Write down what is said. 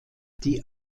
die